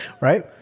right